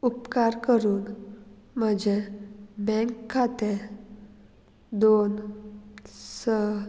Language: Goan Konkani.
उपकार करून म्हजें बँक खातें दोन स